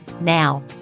Now